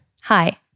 Hi